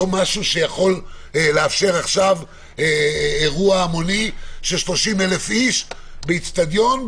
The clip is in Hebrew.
לא משהו שיכול לאפשר עכשיו אירוע המוני של 30,000 איש באצטדיון,